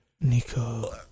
Nico